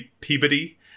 Peabody